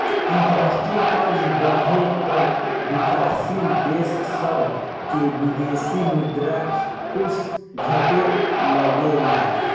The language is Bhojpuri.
अंतरराष्ट्रीय कर्जा बढ़े पर विकाशील देश सभ के विदेशी मुद्रा कोष घटे लगेला